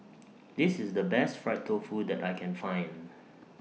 This IS The Best Fried Tofu that I Can Find